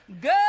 good